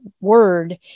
word